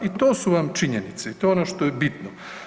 I to su vam činjenice i to je ono što je bitno.